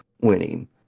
winning